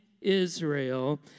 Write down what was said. Israel